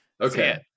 Okay